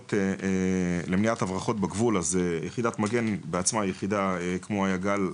למניעת הברחות בגבול: אז יחידת מגן בעצמה יחידה כמו היג"ל,